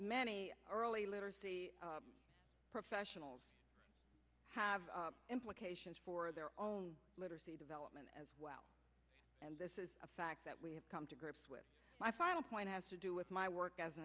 many early literacy professionals have implications for their own development as well and this is a fact that we have come to grips with my final point has to do with my work as an